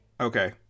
Okay